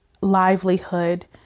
livelihood